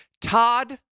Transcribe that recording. Todd